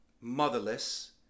motherless